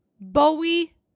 Bowie